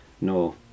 no